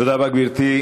תודה רבה, גברתי.